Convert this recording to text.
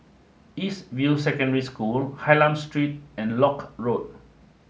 East View Secondary School Hylam Street and Lock Road